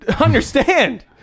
understand